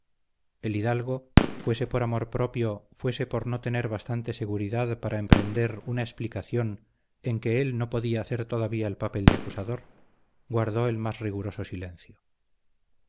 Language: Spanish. el hidalgo fuese por amor propio fuese por no tener bastante seguridad para emprender una explicación en que él no podía hacer todavía el papel de acusador guardó el más riguroso silencio